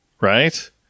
right